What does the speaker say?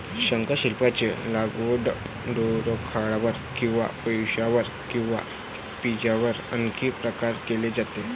शंखशिंपल्यांची लागवड दोरखंडावर किंवा पिशव्यांवर किंवा पिंजऱ्यांवर अनेक प्रकारे केली जाते